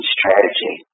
strategy